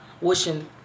wishing